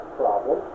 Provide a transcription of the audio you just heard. problem